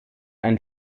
ein